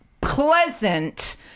pleasant